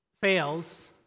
fails